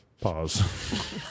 Pause